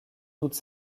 toute